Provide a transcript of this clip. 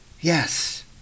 Yes